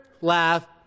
laugh